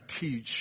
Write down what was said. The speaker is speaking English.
teach